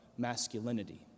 Masculinity